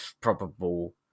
probable